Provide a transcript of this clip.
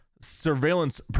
surveillance